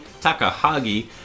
Takahagi